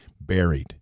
buried